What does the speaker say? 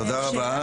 תודה רבה,